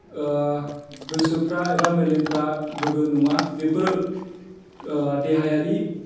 गोसोफ्रा एबा मेलेमफ्रा गोग्गो नङा बेफोर देहायारि